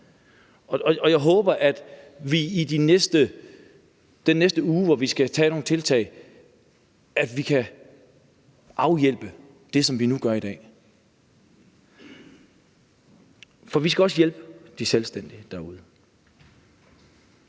Jeg håber, at vi i den næste uge, hvor vi skal tage nogle tiltag, kan afhjælpe det, som vi nu gør i dag, for vi skal også hjælpe de selvstændige derude,